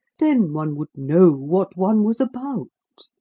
then one would know what one was about